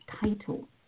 title